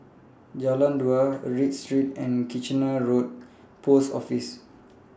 Jalan Dua Read Street and Kitchener Road Post Office